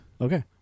Okay